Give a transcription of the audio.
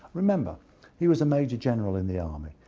remember he was a major general in the army.